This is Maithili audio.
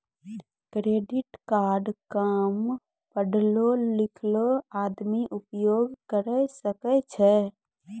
क्रेडिट कार्ड काम पढलो लिखलो आदमी उपयोग करे सकय छै?